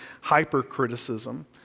hypercriticism